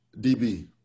DB